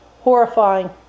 horrifying